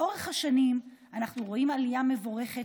לאורך השנים אנחנו רואים עלייה מבורכת